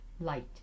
light